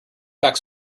pack